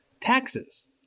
taxes